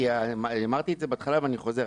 כי אמרתי את זה בהתחלה ואני חוזר,